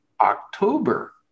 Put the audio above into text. October